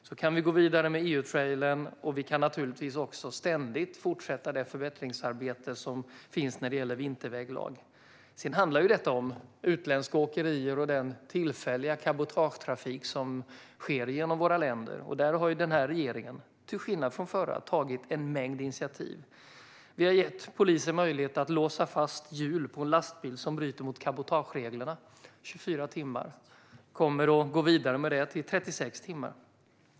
Så kan vi gå vidare med EU-trailern, och vi kan naturligtvis också ständigt fortsätta det förbättringsarbete som finns när det gäller vinterväglag. Detta handlar även om utländska åkerier och den tillfälliga cabotagetrafik som sker genom våra länder. Där har den här regeringen, till skillnad från den förra, tagit en mängd initiativ, bland annat att ge polisen möjlighet att låsa fast hjul på en lastbil som bryter mot cabotagereglerna i 24 timmar. Det kommer vi att gå vidare med till 36 timmar.